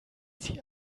sie